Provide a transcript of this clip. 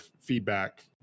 feedback